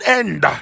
end